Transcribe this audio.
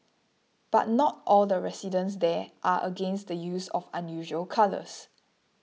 but not all the residents there are against the use of unusual colours